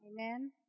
Amen